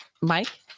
Mike